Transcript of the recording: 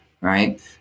right